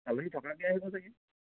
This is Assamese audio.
আলহী থকাকৈ আহিব চাগে